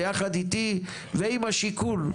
ביחד איתי ועם השיכון,